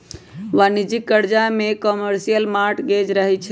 वाणिज्यिक करजा में कमर्शियल मॉर्टगेज रहै छइ